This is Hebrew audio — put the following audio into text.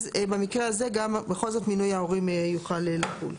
אז במקרה הזה בכל זאת מינוי ההורים יוכל לחול.